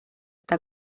está